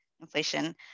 inflation